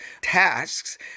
tasks